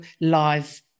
live